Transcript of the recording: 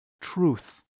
truth